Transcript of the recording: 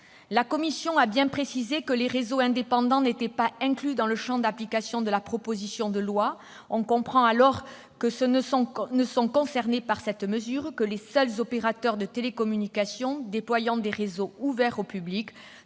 La commission a bien précisé que les réseaux indépendants n'étaient pas inclus dans le champ d'application de la proposition de loi. On comprend alors que ne sont concernés par cette mesure que les seuls opérateurs de télécommunications déployant des réseaux ouverts au public,